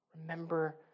Remember